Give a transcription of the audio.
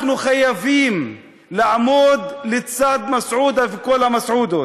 אנחנו חייבים לעמוד לצד מסעודה וכל המסעודות,